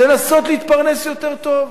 לנסות להתפרנס יותר טוב.